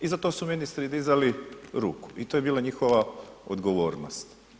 I za to su ministri dizali ruku i to je bila njihova odgovornost.